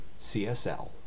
CSL